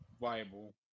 viable